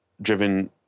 driven